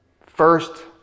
first